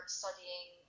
studying